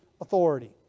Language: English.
authority